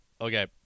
Okay